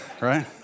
right